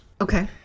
okay